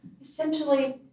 essentially